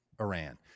Iran